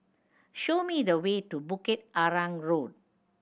show me the way to Bukit Arang Road